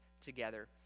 together